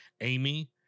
amy